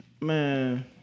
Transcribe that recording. man